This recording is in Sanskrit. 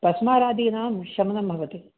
तस्मरादीनां शमनं भवति